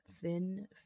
thin